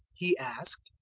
he asked,